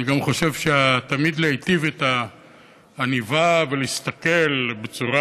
אני גם חושב שתמיד להיטיב את העניבה ולהסתכל בצורה